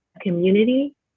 community